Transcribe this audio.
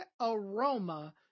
aroma